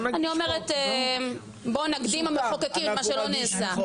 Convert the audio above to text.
אני אומרת, בואו נקדים המחוקקים את מה שלא נעשה.